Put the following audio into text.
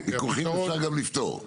וויכוחים אפשר גם לפתור.